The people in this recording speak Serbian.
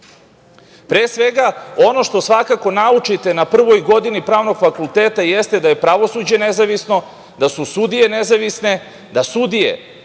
svega, ono što svakako naučite na prvoj godini pravnog fakulteta jeste da je pravosuđe nezavisno, da su sudije nezavisne, da sudije ne